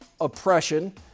oppression